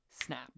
snap